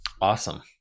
Awesome